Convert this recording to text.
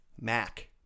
Mac